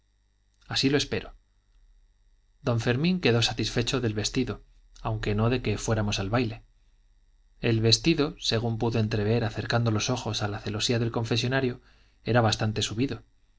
así lo espero don fermín quedó satisfecho del vestido aunque no de que fuéramos al baile el vestido según pudo entrever acercando los ojos a la celosía del confesonario era bastante subido